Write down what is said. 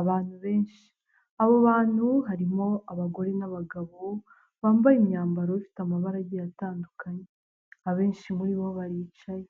Abantu benshi, abo bantu harimo abagore n'abagabo bambaye imyambaro ifite amabarage atandukanye, abenshi muri bo baricaye,